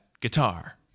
guitar